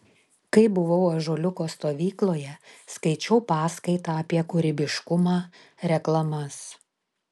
kai buvau ąžuoliuko stovykloje skaičiau paskaitą apie kūrybiškumą reklamas